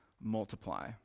multiply